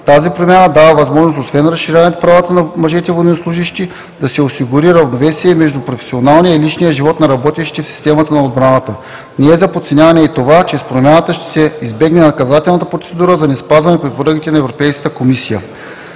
Тази промяна дава възможност освен разширяването правата на мъжете военнослужещи, да се осигури равновесие между професионалния и личния живот на работещите в системата на отбраната. Не е за подценяване и това, че с промяната ще се избегне „наказателната“ процедура за неспазване препоръките на Европейската комисия.